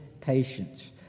patience